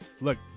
look